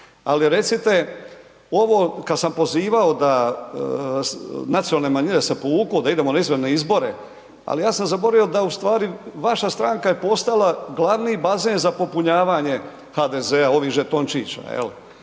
Ali recite ovo kad sam pozivao da nacionalne manjine se povuku, da idemo na izbore, ali ja sam zaboravio da u stvari vaša stranka je postala glavni bazen za popunjavanje HDZ-a, ovih žetončića,